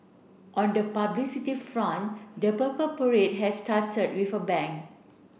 on the publicity front the Purple Parade has started with a bang